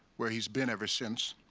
where he's been ever since.